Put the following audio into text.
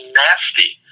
nasty